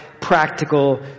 practical